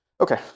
Okay